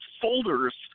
folders